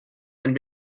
and